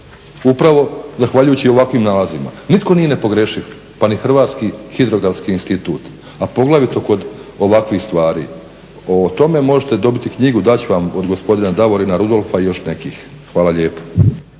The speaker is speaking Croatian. upravo zahvaljujući ovakvim nalazima. Nitko nije nepogrešiv pa ni Hrvatski hidrografski institut a poglavito kod ovakvih stvari. O tome možete dobiti knjigu, dati ću vam od gospodina Davorina Rudolfa i još nekih. Hvala lijepo.